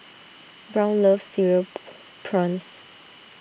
Brown loves Cereal Prawns